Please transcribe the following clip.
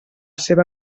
seva